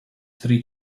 three